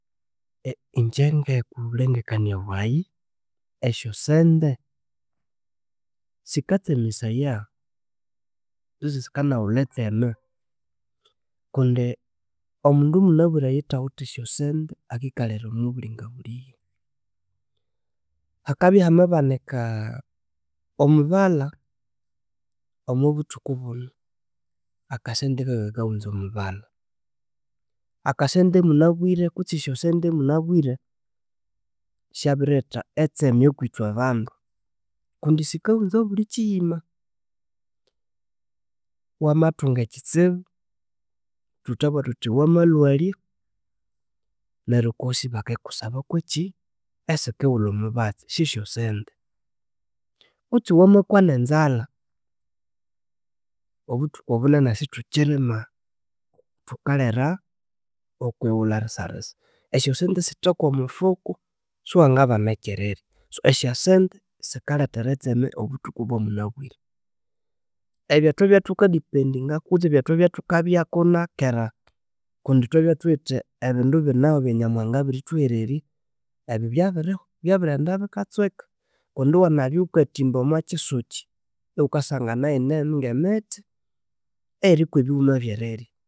ingye ngobulengekania esyosente sikatsemesaya kutsi sikanawulha etseme kundi omundi munabire oyuthawithe syosente akikalha omwabulinga bulhiye. Hakabya hamabanika omubalha omobuthukubuno akasente kaka kawunza omubalha. Akasente munabire kutsi esyosente munabire syabiriretha etseme okwithwe abandu kundi sikawunza obulikyiyima. Wamathunga ekyitsibu thuthabuwa thuthi wamalhwalya neryo oko hosi bakindi kusaba kwekyi esikiwulha omubatsi syesyo sente. Kutsi wamakwa nenzalha obuthuku bunene sithukyirima thukalira okwiwulha lisalisa esyasente sithe komufuku siwangabana ekyerirya so esyasente sikalethera etseme obuthuku bomunabire. Ebyathwabya thukadependingaku kutsi ebyathwabya thukabyaku nakera kundi thwabya thuwithe ebindu bineho ebyanyamuhanga abirithuhererya ebyo byabiriho byabiriyenda bikatsweka. Kundi wanabya wukathimba omokyisukyi iwukasangana eyineno ngemithi eyirikwe biwuma ebyerirya